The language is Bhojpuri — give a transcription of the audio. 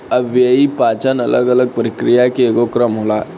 अव्ययीय पाचन अलग अलग प्रक्रिया के एगो क्रम होला